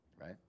right